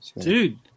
dude